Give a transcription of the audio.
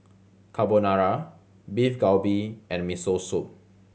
Carbonara Beef Galbi and Miso Soup